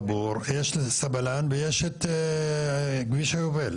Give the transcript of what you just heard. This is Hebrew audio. ויש את כביש היובל.